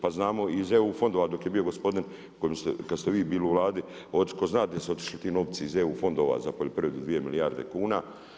Pa znamo iz EU fondova, dok je bio gospodin, kad ste bili u Vladi, ko zna gdje su otišli ti novci iz EU fondova za poljoprivredu 2 milijarde kuna.